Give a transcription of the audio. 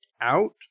out